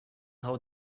how